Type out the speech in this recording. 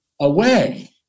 away